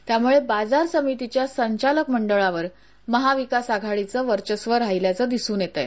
त्यामुळे बाजार समितीच्या संचालक मंडळावर महाविकास आघाडीच वर्चस्व राहिल्याचं दिसून येतय